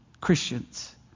Christians